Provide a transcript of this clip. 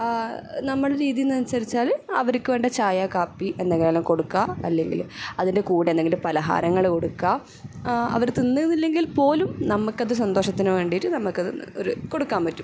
നമ്മളുടെ രീതീന്ന് അനുസരിച്ചാല് അവർക്ക് വേണ്ട ചായ കാപ്പി എന്തെങ്കിലും കൊടുക്കുക അല്ലെങ്കില് അതിൻ്റെ കൂടെ എന്തെങ്കിലും പലഹാരങ്ങള് കൊടുക്കുക അവര് തിന്നുന്നില്ലെങ്കിൽ പോലും നമുക്കത് സന്തോഷത്തിന് വേണ്ടിയിട്ട് നമുക്കത് ഒര് കൊടുക്കാൻ പറ്റും